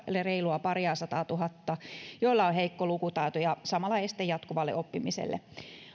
reilua pariasataatuhatta joilla on heikko lukutaito joka on samalla este jatkuvalle oppimiselle